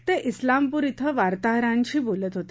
ते उत्लामपूर कें वार्ताहरांशी बोलत होते